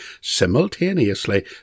simultaneously